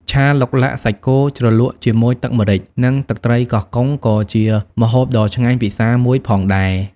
ឆាឡុកឡាក់សាច់គោជ្រលក់ជាមួយទឹកម្រេច និងទឹកត្រីកោះកុងក៏ជាម្ហូបដ៏ឆ្ងាញ់ពិសាមួយផងដែរ ។